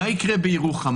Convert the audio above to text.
מה יקרה בירוחם?